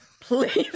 Please